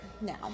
now